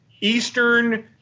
eastern